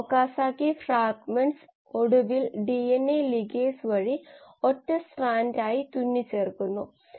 മറ്റ് branch point മുറിച്ചുമാറ്റിയാൽ ഒരു ബ്രാഞ്ച് പോയിന്റിലൂടെ മുൻഗണനാക്രമത്തിൽ ഫ്ലക്സ് വർദ്ധിപ്പിക്കുമെന്ന് ഞങ്ങൾക്ക് പ്രതീക്ഷിക്കാനാവില്ല അത് ഒരു കർക്കശമായ നോഡാണ്